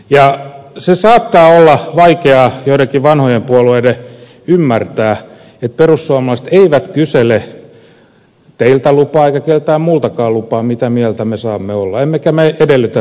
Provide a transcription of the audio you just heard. se saattaa olla vaikeaa joidenkin vanhojen puolueiden ymmärtää että perussuomalaiset eivät kysele teiltä lupaa eivätkä keneltäkään muultakaan lupaa siihen mitä mieltä me saamme olla emmekä me edellytä sitä teiltä